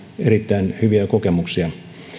erittäin hyviä kokemuksia